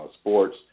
sports